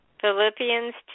Philippians